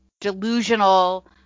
delusional